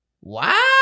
Wow